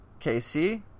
KC